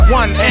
one